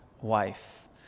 wife